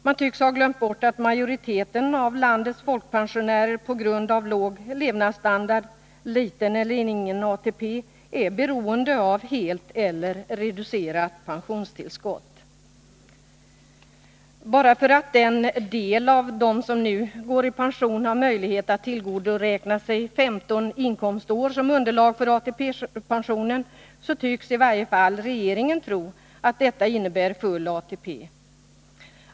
Man tycks ha glömt bort att majoriteten av landets folkpensionärer, på grund av låg levnadsstandard eller på grund av att de inte har någon eller bara liten ATP, är beroende av helt eller reducerat pensionstillskott. Bara för att en del av dem som nu går i pension har möjlighet att tillgodoräkna sig 15 inkomstår som underlag för ATP-pension tycks i varje fall regeringen tro, att detta innebär full ATP.